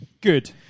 good